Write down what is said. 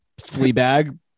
Fleabag